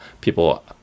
people